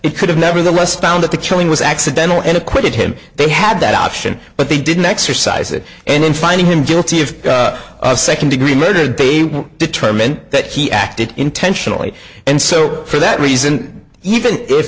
it could have nevertheless found that the killing was accidental and acquitted him they had that option but they didn't exercise it and in finding him guilty of second degree murder they will determine that he acted intentionally and so for that reason even if